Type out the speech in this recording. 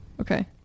Okay